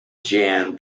jan